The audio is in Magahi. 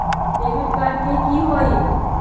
डेबिट कार्ड की होई?